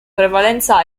prevalenza